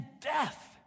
death